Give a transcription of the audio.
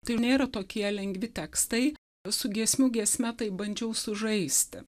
tai nėra tokie lengvi tekstai su giesmių giesme taip bandžiau sužaisti